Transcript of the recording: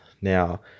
Now